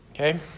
Okay